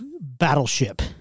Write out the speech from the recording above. Battleship